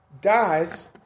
dies